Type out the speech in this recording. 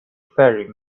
faring